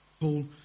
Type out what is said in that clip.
Paul